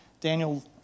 Daniel